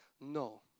No